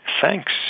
Thanks